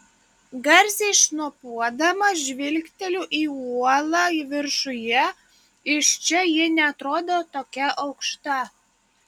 garsiai šnopuodama žvilgteliu į uolą viršuje iš čia ji neatrodo tokia aukšta